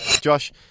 Josh